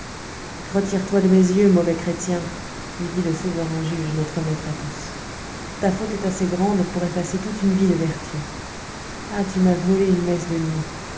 retire-toi de mes yeux mauvais chrétien lui dit le souverain juge notre maître à tous ta faute est assez grande pour effacer toute une vie de vertu ah tu m'as volé une messe de nuit